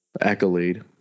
accolade